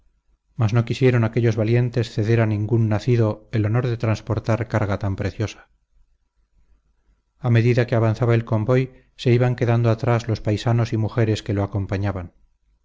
mas no quisieron aquellos valientes ceder a ningún nacido el honor de transportar carga tan preciosa a medida que avanzaba el convoy se iban quedando atrás los paisanos y mujeres que lo acompañaban